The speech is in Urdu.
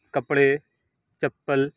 کپڑے چپل